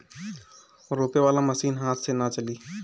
रोपे वाला मशीन हाथ से ना चली